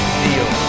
deal